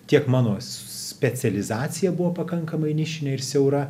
tiek mano specializacija buvo pakankamai nišinė ir siaura